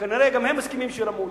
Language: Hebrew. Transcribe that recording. כנראה גם הם מסכימים שירמו אותם.